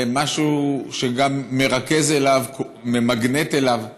משהו שגם מרכז אליו, ממגנט אליו,